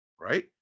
right